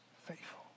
Faithful